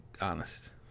honest